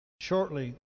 shortly